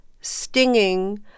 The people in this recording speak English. stinging